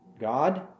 God